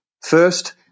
first